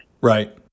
Right